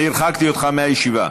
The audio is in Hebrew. אני הרחקתי אותך מהישיבה.